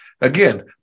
again